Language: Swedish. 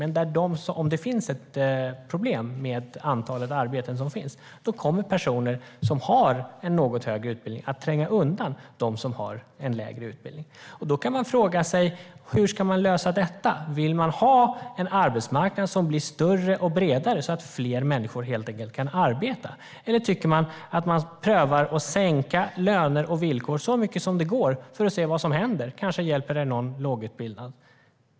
Men om det finns ett problem med antalet arbeten som finns är det att personer som har en något högre utbildning kommer att tränga undan de som har en lägre utbildning. Då kan vi fråga oss hur vi ska lösa detta. Vill vi ha en arbetsmarknad som blir större och bredare så att fler människor helt enkelt kan arbeta? Eller ska vi pröva att sänka löner och villkor så mycket som det går för att se vad som händer? Kanske hjälper det någon lågutbildad.